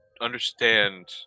understand